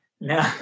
No